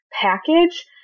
package